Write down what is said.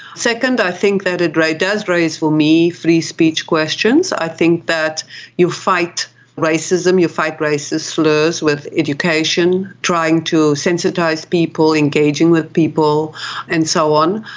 second, i think that it does raise for me free speech questions. i think that you fight racism, you fight racist slurs with education, trying to sensitise people, engaging with people and so on.